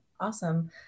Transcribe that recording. awesome